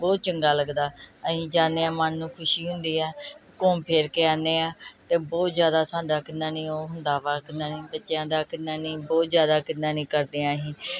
ਬਹੁਤ ਚੰਗਾ ਲੱਗਦਾ ਅਸੀਂ ਜਾਂਦੇ ਹਾਂ ਮਨ ਨੂੰ ਖੁਸ਼ੀ ਹੁੰਦੀ ਹੈ ਘੁੰਮ ਫਿਰ ਕੇ ਆਉਂਦੇ ਹਾਂ ਅਤੇ ਬਹੁਤ ਜ਼ਿਆਦਾ ਸਾਡਾ ਕਿੰਨਾ ਨਹੀਂ ਉਹ ਹੁੰਦਾ ਵਾ ਕਿੰਨਾ ਨਹੀਂ ਬੱਚਿਆਂ ਦਾ ਕਿੰਨਾ ਨਹੀਂ ਬਹੁਤ ਜ਼ਿਆਦਾ ਕਿੰਨਾ ਨਹੀਂ ਕਰਦੇ ਹਾਂ ਅਸੀਂ